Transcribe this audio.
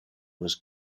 was